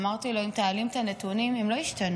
אמרתי לו: אם תעלים את הנתונים, הם לא ישתנו.